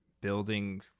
building